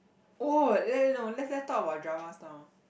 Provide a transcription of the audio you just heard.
oh let's let's no let's talk about dramas now